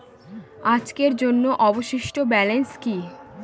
আজকের জন্য অবশিষ্ট ব্যালেন্স কি?